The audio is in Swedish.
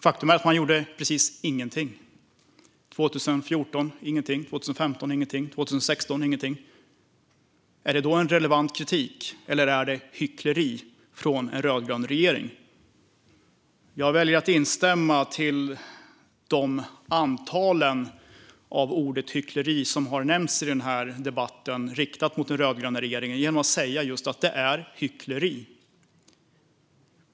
Faktum är att man gjorde ingenting. År 2014 gjorde man ingenting. År 2015 gjorde man ingenting. År 2016 gjorde man ingenting. Är det då en relevant kritik, eller är det hyckleri från en rödgrön regering? Jag väljer att instämma i ordet hyckleri som har nämnts i denna debatt, riktat mot den rödgröna regeringen, genom att just säga: Det är hyckleri.